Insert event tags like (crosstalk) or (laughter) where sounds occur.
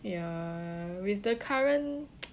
ya with the current (noise)